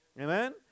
Amen